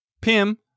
Pim